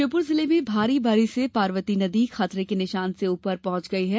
श्योपुर जिले में भारी बारिश से पार्वती नदी खतरे के निशान से ऊपर पहुंच गई है